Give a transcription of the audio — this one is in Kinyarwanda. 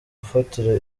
gufatira